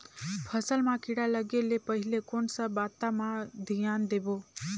फसल मां किड़ा लगे ले पहले कोन सा बाता मां धियान देबो?